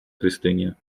krystynie